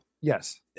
Yes